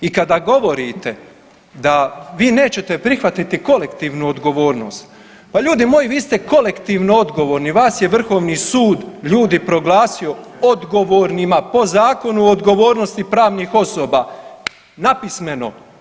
I kada govorite da vi nećete prihvatiti kolektivnu odgovornost, pa ljudi moji vi ste kolektivno odgovorni, vas je Vrhovni sud ljudi proglasio odgovornima po Zakonu o odgovornosti pravnih osoba, napismeno.